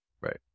Right